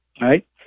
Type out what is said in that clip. right